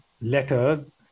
letters